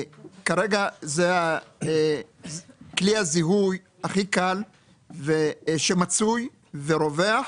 כרגע זה כלי הזיהוי הכי קל שמצוי ורווח.